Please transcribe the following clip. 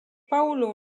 paolo